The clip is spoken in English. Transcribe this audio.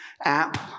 app